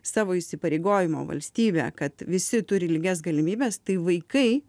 savo įsipareigojimo valstybė kad visi turi lygias galimybes tai vaikai